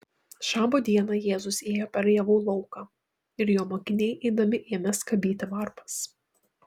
šabo dieną jėzus ėjo per javų lauką ir jo mokiniai eidami ėmė skabyti varpas